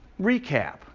recap